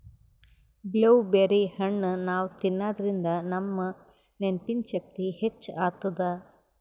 blueberry ಹಣ್ಣ್ ನಾವ್ ತಿನ್ನಾದ್ರಿನ್ದ ನಮ್ ನೆನ್ಪಿನ್ ಶಕ್ತಿ ಹೆಚ್ಚ್ ಆತದ್